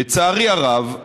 לצערי הרב,